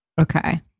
Okay